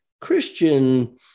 Christian